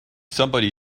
somebody